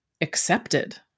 accepted